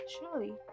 surely